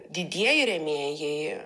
didieji rėmėjai